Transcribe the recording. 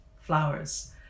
flowers